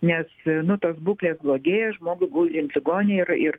nes nu tos būklės blogėja žmogui gulint ligoninėj ir ir